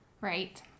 Right